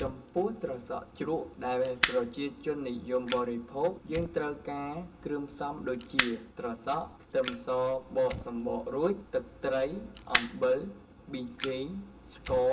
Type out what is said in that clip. ចំពោះត្រសក់ជ្រក់ដែលប្រជាជននិយមបរិភោគ យេីងត្រូវការគ្រឿងផ្សំដូចជា ត្រសក់ ខ្ទឹមសបកសំបករួច ទឹកត្រី អំបិល ប៊ីចេង ស្ករ